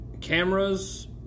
Cameras